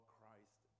Christ